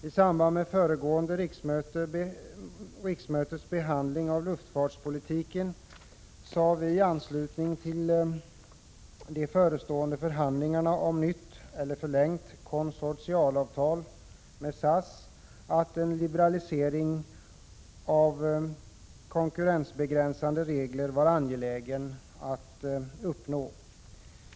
I samband med föregående riksmötes behandling av luftfartspolitiken, sade vi i anslutning till de förestående förhandlingarna om nytt eller förlängt konsortialavtal med SAS, att det var angeläget att uppnå en liberalisering av konkurrensbegränsande regler.